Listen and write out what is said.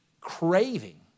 craving